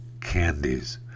candies